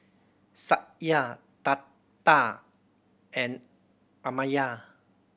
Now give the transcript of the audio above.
Satya Tata and Amartya